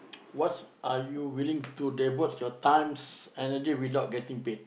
what's are you willing to devote your times energy without getting paid